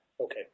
okay